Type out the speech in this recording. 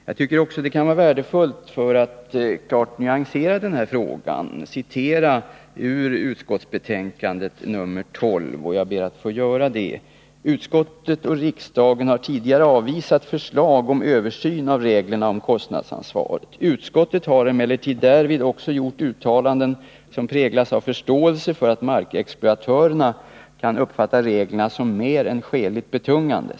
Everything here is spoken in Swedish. Jag tycker att det, för att klart nyansera denna fråga, kan vara värdefullt att citera ur kulturutskottets betänkande 1979/80:12, och jag ber att få göra det. ”Utskottet och riksdagen har tidigare avvisat förslag om översyn av reglerna om kostnadsansvaret. Utskottet har emellertid därvid också gjort uttalanden som präglas av förståelse för att markexploatörerna kan uppfatta reglerna som mer än skäligt betungande.